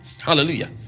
hallelujah